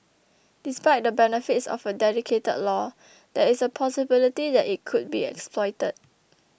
despite the benefits of a dedicated law there is a possibility that it could be exploited